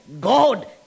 God